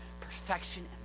perfection